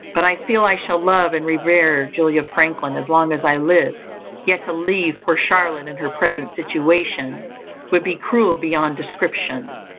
but i feel i shall love and revere julia franklin as long as i live yet to leave poor charlotte in her present situation would be cruel beyond description.